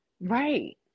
right